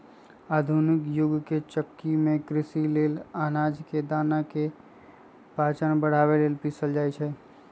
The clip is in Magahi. आधुनिक जुग के चक्की में कृषि लेल अनाज के दना के पाचन बढ़ाबे लेल पिसल जाई छै